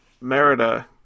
Merida